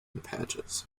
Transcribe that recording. patches